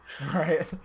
right